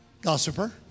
gossiper